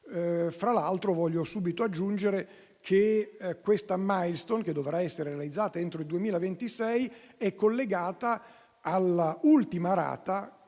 Fra l'altro, voglio subito aggiungere che questa *milestone*, che dovrà essere realizzata entro il 2026, è collegata alla ultima rata